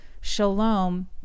shalom